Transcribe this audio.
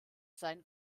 seinen